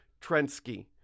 Trensky